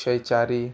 Akshay Chari